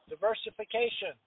diversification